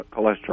cholesterol